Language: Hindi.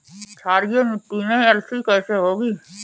क्षारीय मिट्टी में अलसी कैसे होगी?